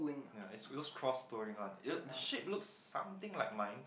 ya it's those cross touring one the shape looks something like mine